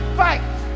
fight